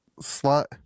slot